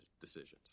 decisions